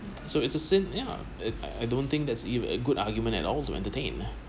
so it's a sin yeah and I don't think that's a good argument at all to entertain